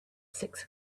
six